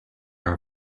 are